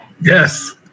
Yes